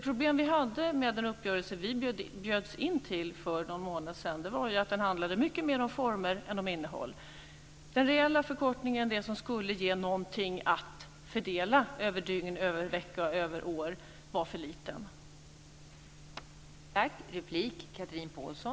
Problemet vi hade med den uppgörelse vi bjöds in till för några månader sedan var att den handlade mer om former än om innehåll. Den reella förkortningen, det som skulle ge någonting att fördela, över dygn, över vecka, över år, var för liten.